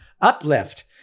uplift